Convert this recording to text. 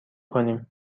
کنیم